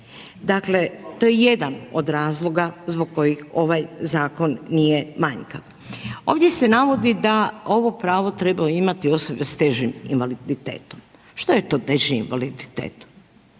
Dakle to je jedan od razloga zbog kojih ovaj zakon nije manjkav. Ovdje se navodi da ovo pravo trebaju imati osobe sa težim invaliditetom. Što je to teži invaliditet?